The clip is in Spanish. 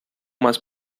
más